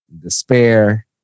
despair